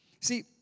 See